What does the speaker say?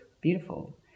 beautiful